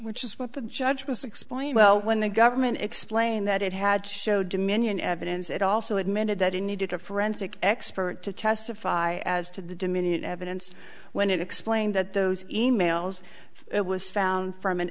which is what the judge was explained well when the government explained that it had to show dominion evidence it also admitted that it needed a forensic expert to testify as to the dominion evidence when it explained that those e mails if it was found from an